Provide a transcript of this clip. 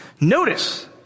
Notice